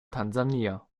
tansania